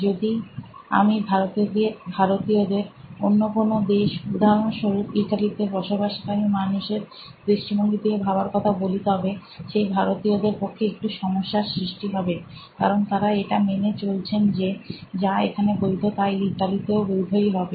যদি আমি ভারতীয়দের অন্য কোন দেশ উদাহরণস্বরূপ ইতালিতে বসবাসকারী মানুষের দৃষ্টিভঙ্গি দিয়ে ভাবার কথা বলি তবে সেই ভারতীয়দের পক্ষে একটু সমস্যার সৃষ্টি হবে কারণ তারা এটা মেনে চলছেন যে যা এখানে বৈধ তা ইতালিতেও বৈধই হবে